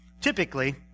Typically